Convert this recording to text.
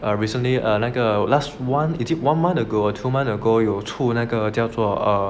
err recently err 那个 last one is it one month ago or two month ago 出那个叫做 err